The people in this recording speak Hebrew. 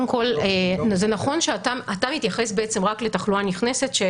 אתה מתייחס רק לתחלואה נכנסת.